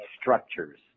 Structures